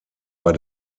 war